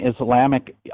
Islamic